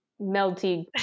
melty